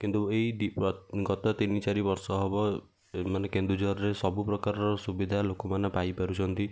କିନ୍ତୁ ଏଇ ଦି ଗତ ତିନି ଚାରି ବର୍ଷ ହବ ମାନେ କେନ୍ଦୁଝରରେ ସବୁ ପ୍ରକାରର ସୁବିଧା ଲୋକ ମାନେ ପାଇପାରୁଛନ୍ତି